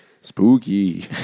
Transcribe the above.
Spooky